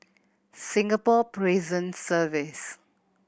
Singapore Prison Service